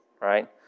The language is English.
right